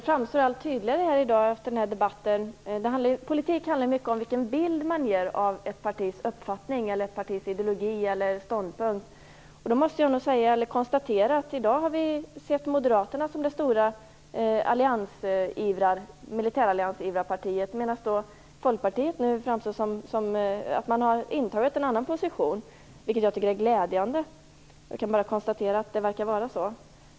Fru talman! Politik handlar mycket om vilken bild man ger av ett partis uppfattning, ideologi eller ståndpunkt. Jag måste konstatera att vi i dag har sett moderaterna som de stora ivrarna för militära allianser. Folkpartiet har intagit en annan position, vilket jag tycker är glädjande. Det verkar vara så.